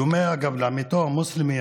בדומה לעמיתו המוסלמי,